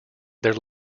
their